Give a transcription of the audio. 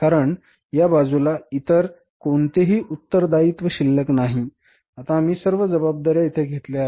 कारण या बाजूला इतर कोणतेही उत्तरदायित्व शिल्लक नाही आता आम्ही सर्व जबाबदार्या येथे घेतल्या आहेत